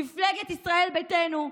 מפלגת ישראל ביתנו,